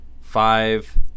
five